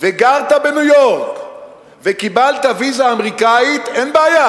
וגרת בניו-יורק וקיבלת ויזה אמריקנית, אין בעיה.